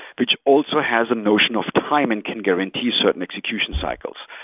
which also has a notion of time and can guarantee certain execution cycles.